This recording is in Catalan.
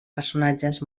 personatges